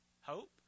hope